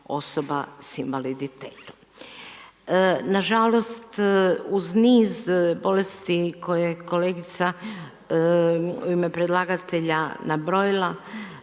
osoba s invaliditetom. Nažalost uz niz bolesti koje je kolegica uime predlagatelja nabrojila